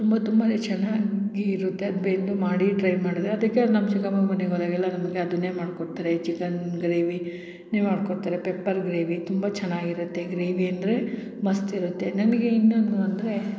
ತುಂಬ ತುಂಬನೇ ಚೆನ್ನಾಗಿ ಇರುತ್ತೆ ಅದು ಬೆಂದು ಮಾಡಿ ಟ್ರೈ ಮಾಡಿದರೆ ಅದಕ್ಕೆ ಅವ್ರು ನಮ್ಮ ಚಿಕ್ಕಮ್ಮ ಮನೆಗೆ ಹೋದಾಗೆಲ್ಲ ನಮಗೆ ಅದನ್ನೇ ಮಾಡಿಕೊಡ್ತಾರೆ ಈ ಚಿಕನ್ ಗ್ರೇವಿ ನೇ ಮಾಡಿಕೊಡ್ತಾರೆ ಪೆಪ್ಪರ್ ಗ್ರೇವಿ ತುಂಬ ಚೆನ್ನಾಗಿರುತ್ತೆ ಗ್ರೇವಿ ಅಂದರೆ ಮಸ್ತ್ ಇರುತ್ತೆ ನಮಗೆ ಇನ್ನೊಂದು ಅಂದರೆ